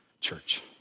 church